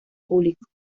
público